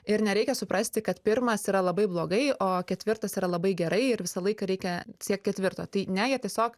ir nereikia suprasti kad pirmas yra labai blogai o ketvirtas yra labai gerai ir visą laiką reikia siekt ketvirto tai ne jie tiesiog